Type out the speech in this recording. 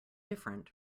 different